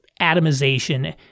atomization